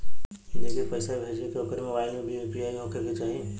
जेके पैसा भेजे के ह ओकरे मोबाइल मे भी यू.पी.आई होखे के चाही?